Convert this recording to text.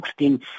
16